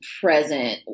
present